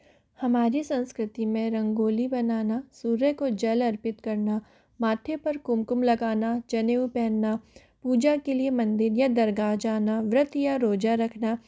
हमारी संस्कृति में रंगोली बनाना सूर्य को जल अर्पित करना माथे पर कुमकुम लगाना जनेऊ पहनना पूजा के लिए मंदिर या दरगाह जाना व्रत या रोज़ा रखना